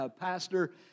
pastor